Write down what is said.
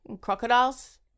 Crocodiles